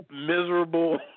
miserable